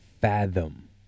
fathom